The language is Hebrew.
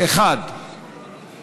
אנחנו